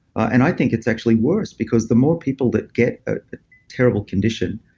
and i think it's actually worse because the more people that get a terrible condition,